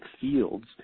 fields